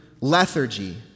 lethargy